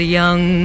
young